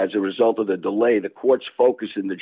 as a result of the delay the courts focus in the